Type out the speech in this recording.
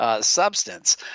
substance